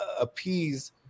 appease